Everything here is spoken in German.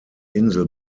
insel